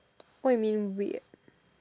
what you mean weird